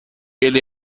ele